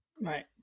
Right